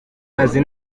azi